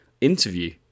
interview